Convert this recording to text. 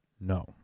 No